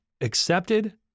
Accepted